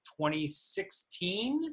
2016